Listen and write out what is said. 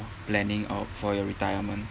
planning out for your retirement